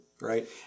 right